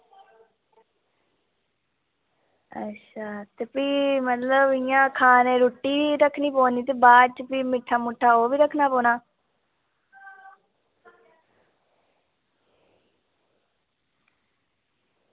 अच्छा ते भी मतलब इ'यां खाने रुट्टी बी रक्खनी पौनी ते बाद च फ्ही मिट्ठा मुट्ठा ओह् बी रक्खना पौना